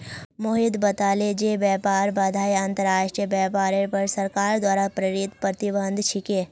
मोहित बताले जे व्यापार बाधाएं अंतर्राष्ट्रीय व्यापारेर पर सरकार द्वारा प्रेरित प्रतिबंध छिके